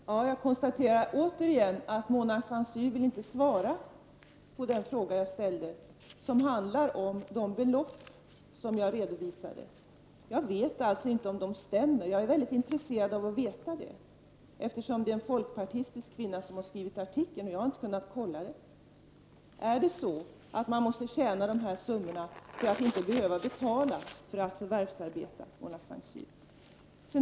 Fru talman! Jag konstaterar igen att Mona Saint Cyr inte vill svara på den fråga som jag ställde och som handlar om de belopp som jag redovisade. Jag vet alltså inte om de stämmer. Jag är mycket intresserad av att få veta det, eftersom det är en folkpartistisk kvinna som har skrivit artikeln och jag inte har kunnat kontrollera siffrorna. Är det så att man måste tjäna dessa summor för att inte behöva betala för att förvärvsarbeta?